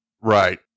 Right